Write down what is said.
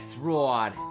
Rod